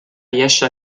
riesce